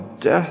death